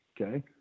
okay